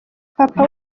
papa